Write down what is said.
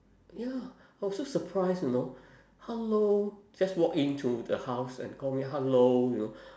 ya I was so surprised you know hello just walk into the house and call me hello you know